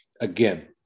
again